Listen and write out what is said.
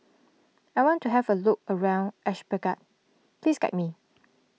I want to have a look around Ashgabat please guide me